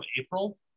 April